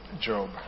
Job